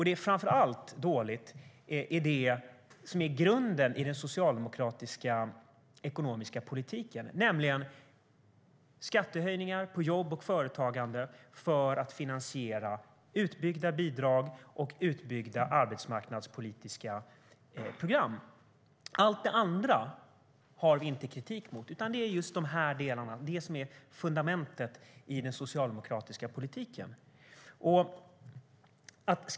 Det som framför allt är dåligt är grunden i den socialdemokratiska ekonomiska politiken, nämligen skattehöjningar på jobb och företagande för finansiering av utbyggda bidrag och utbyggda arbetsmarknadspolitiska program. Allt det andra har vi ingen kritik mot, utan kritiken gäller just de här delarna, som är fundamentet i den socialdemokratiska politiken.